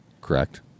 Correct